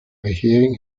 regering